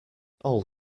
all